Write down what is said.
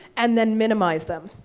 and then minimize them.